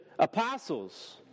apostles